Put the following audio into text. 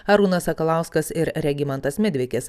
arūnas sakalauskas ir regimantas midvikis